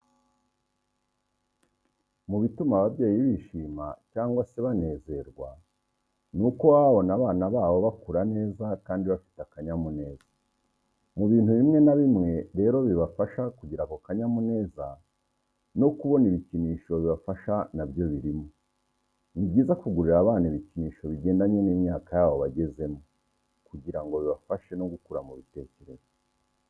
Mu bituma ababyeyi bishima cyangwa se banezerwa nuko baba babona abana babo bakura neza kandi bafite akanyamuneza, mu bintu biimwe na bimwe rero bibafasha kugira ako kanyamuneza no kubona ibikinisho bibafasha nabyo birimo. Ni byiza kugurira abana ibikinisho bigendanye n'imyaka yabo bagezemo kugirango bibafashe no gukura mu bitekerezo.